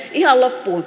ihan loppuun